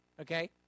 Okay